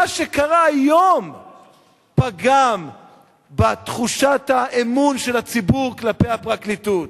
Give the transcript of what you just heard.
מה שקרה היום פגם בתחושת האמון של הציבור כלפי הפרקליטות,